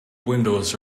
windows